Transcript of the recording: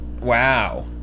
Wow